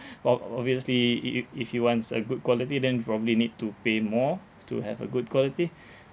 ob~ obviously i~ if if you wants a good quality then probably need to pay more to have a good quality